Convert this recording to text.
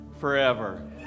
forever